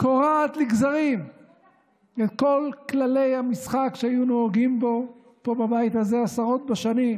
קורעת לגזרים את כל כללי המשחק שהיו נהוגים פה בבית הזה עשרות בשנים?